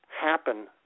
happen